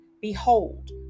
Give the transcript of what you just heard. behold